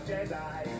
Jedi